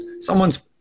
someone's